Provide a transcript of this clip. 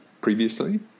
previously